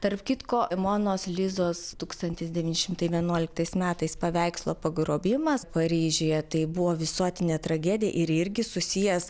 tarp kitko žmonos lizos tūkstantis devyni šimtai vienuoliktais metais paveikslo pagrobimas paryžiuje tai buvo visuotinė tragedija ir irgi susijęs